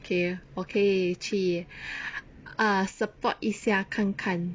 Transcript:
K 我可以去 ah support 一下看看